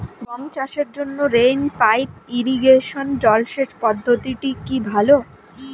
গম চাষের জন্য রেইন পাইপ ইরিগেশন জলসেচ পদ্ধতিটি কি ভালো?